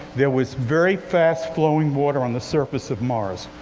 there was very fast flowing water on the surface of mars.